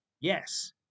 Yes